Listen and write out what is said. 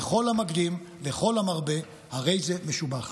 וכל המקדים וכל המרבה הרי זה משובח.